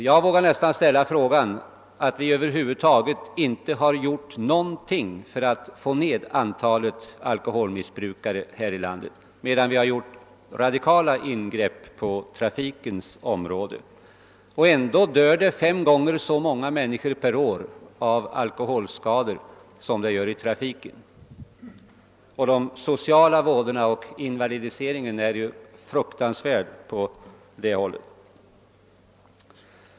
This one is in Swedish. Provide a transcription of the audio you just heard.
Jag vågar nästan påstå att vi över huvud taget inte har gjort någonting för att minska antalet alkoholmissbrukare här i landet, medan vi däremot har gjort radikala ingrepp på trafikens område. Ändå dör det fem gånger så många människor per år av alkoholskador som av trafikskador, och de sociala problemen av alkoholmissbruk och invalidiseringen är fruktansvärda.